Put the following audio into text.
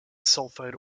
sulfide